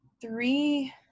three